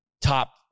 top